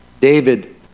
David